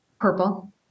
Purple